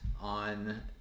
on